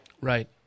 Right